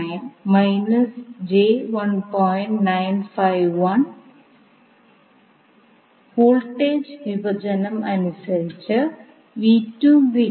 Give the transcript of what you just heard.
നമുക്ക് വീണ്ടും നോഡൽ വിശകലനം ഉപയോഗിക്കാം